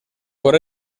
por